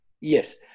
Yes